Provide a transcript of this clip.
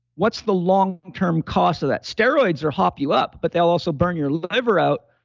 what's the long-term cost of that steroids or hop you up, but they'll also burn your liver out.